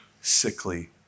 sickly